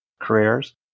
careers